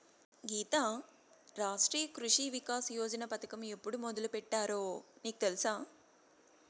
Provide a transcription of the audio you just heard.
గీతా, రాష్ట్రీయ కృషి వికాస్ యోజన పథకం ఎప్పుడు మొదలుపెట్టారో నీకు తెలుసా